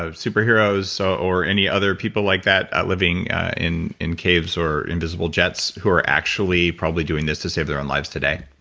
ah superheroes, so or any other people like that living in in caves or invisible jets who are actually probably doing this to save their own lives today?